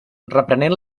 reprenent